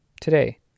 today